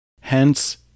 Hence